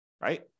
right